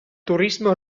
turisme